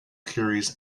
carries